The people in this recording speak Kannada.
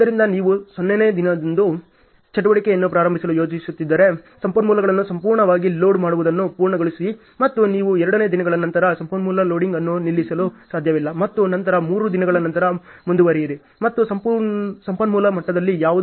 ಆದ್ದರಿಂದ ನೀವು 0 ನೇ ದಿನದಂದು ಚಟುವಟಿಕೆಯನ್ನು ಪ್ರಾರಂಭಿಸಲು ಯೋಜಿಸುತ್ತಿದ್ದರೆ ಸಂಪನ್ಮೂಲಗಳನ್ನು ಸಂಪೂರ್ಣವಾಗಿ ಲೋಡ್ ಮಾಡುವುದನ್ನು ಪೂರ್ಣಗೊಳಿಸಿ ಮತ್ತು ನೀವು 2 ದಿನಗಳ ನಂತರ ಸಂಪನ್ಮೂಲ ಲೋಡಿಂಗ್ ಅನ್ನು ನಿಲ್ಲಿಸಲು ಸಾಧ್ಯವಿಲ್ಲ ಮತ್ತು ನಂತರ 3 ದಿನಗಳ ನಂತರ ಮುಂದುವರಿಯಿರಿ ಮತ್ತು ಸಂಪನ್ಮೂಲ ಮಟ್ಟದಲ್ಲಿ ಯಾವುದು ಸಾಧ್ಯವಿಲ್ಲ